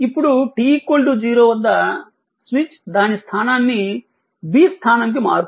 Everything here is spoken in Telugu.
ఇప్పుడు t 0 వద్ద స్విచ్ దాని స్థానాన్ని B స్థానం కి మారుతుంది